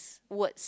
~s words